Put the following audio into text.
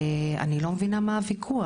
ואני לא מבינה על מה הוויכוח.